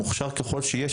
מוכשר ככל שיהיה,